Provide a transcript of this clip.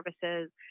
services